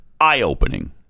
eye-opening